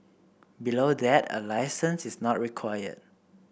below that a licence is not required